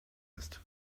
ist